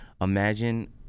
Imagine